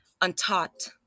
untaught